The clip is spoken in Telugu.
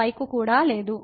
y కు కూడా లేదు